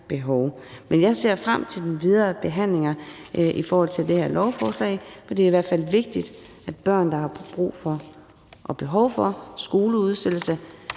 Jeg ser frem til den videre behandling af det her lovforslag, og det er i hvert fald vigtigt, at børn, der har brug for og behov for skoleudsættelse,